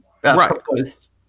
proposed